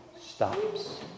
stops